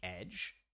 edge